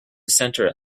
center